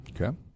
Okay